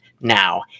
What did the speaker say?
now